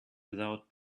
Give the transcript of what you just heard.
without